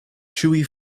chewy